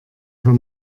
für